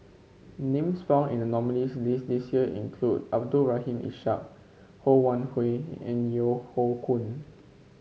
names found in the nominees' list this year include Abdul Rahim Ishak Ho Wan Hui and Yeo Hoe Koon